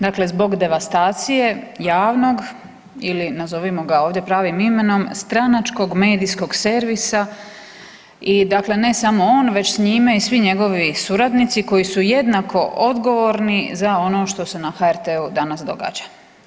Dakle, zbog devastacije javnog ili nazovimo ga ovdje pravim imenom stranačkog, medijskog servisa i dakle ne samo on već s njime i svi njegovi suradnici koji su jednako odgovorni za ono što se na HRT-u danas događa.